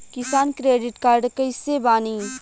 किसान credit card कइसे बानी?